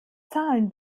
zahlen